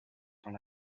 dans